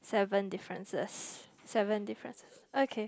seven differences seven differences okay